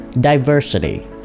diversity